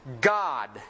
God